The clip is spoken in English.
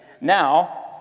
now